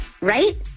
Right